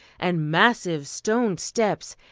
and massive stone steps,